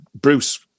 Bruce